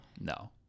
No